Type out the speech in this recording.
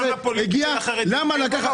מה השאלה המורכבת?